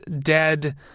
dead